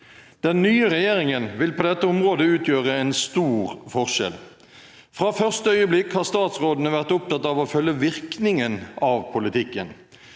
Den nye regjeringen vil på dette området utgjøre en stor forskjell. Fra første øyeblikk har statsrådene vært opptatt av å følge virkningen av politikken.